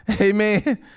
amen